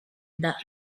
dah